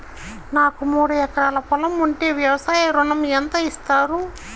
నాకు మూడు ఎకరాలు పొలం ఉంటే వ్యవసాయ ఋణం ఎంత ఇస్తారు?